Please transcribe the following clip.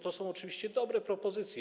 To są oczywiście dobre propozycje.